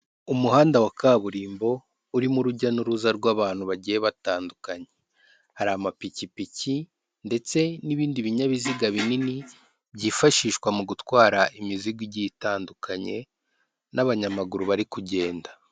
Umuhanda wa kaburimbo urimo urujya n'uruza rw'abantu bagiye batandukanye. Hari amapikipiki ndetse n'ibindi binyabiziga binini byifashishwa mu gutwara imizigo igiye itandukanye n'abanyamaguru bari kugenda.